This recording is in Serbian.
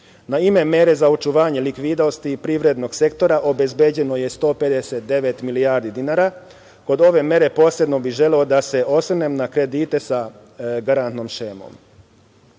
sobi. Naime, mere za očuvanje likvidnosti privrednog sektora obezbeđeno je sa 159 milijardi dinara. Kod ove mere posebno bih želeo da se osvrnem na kredite sa garantnom šemom.